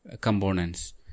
components